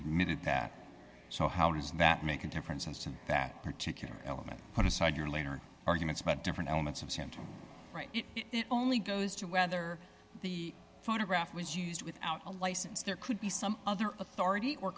admitted that so how does that make a difference as to that particular element put aside your later arguments about different elements of center right it only goes to whether the photograph was used without a license there could be some other